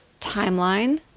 timeline